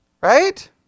Right